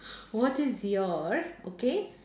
what is your okay